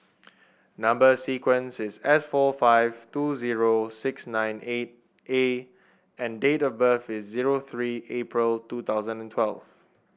number sequence is S four five two zero six nine eight A and date of birth is zero three April two thousand and twelve